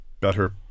better